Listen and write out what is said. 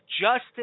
justice